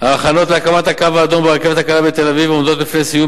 ההכנות להקמת "הקו האדום" ברכבת הקלה בתל-אביב עומדות בפני סיום,